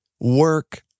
work